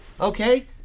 Okay